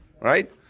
right